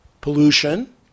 pollution